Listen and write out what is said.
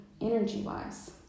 energy-wise